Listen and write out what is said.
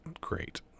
great